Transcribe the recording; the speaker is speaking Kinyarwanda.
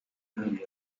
hariya